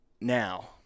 Now